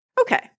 Okay